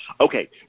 Okay